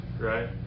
Right